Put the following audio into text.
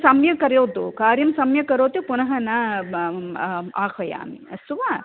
सम्यक् करोतु कार्यं सम्यक् करोतु पुनः न ब अ आह्वयामि अस्तु वा